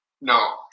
No